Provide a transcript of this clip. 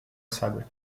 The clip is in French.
sable